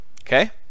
Okay